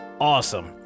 awesome